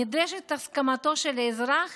נדרשת הסכמתו של האזרח